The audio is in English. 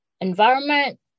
environment